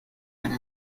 einen